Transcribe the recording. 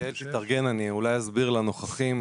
אני אולי אסביר לנוכחים,